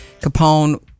Capone